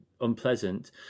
unpleasant